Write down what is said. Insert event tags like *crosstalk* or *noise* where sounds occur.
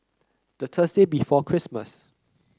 the Thursday *noise* before Christmas